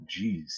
Jeez